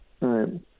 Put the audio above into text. right